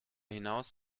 hinaus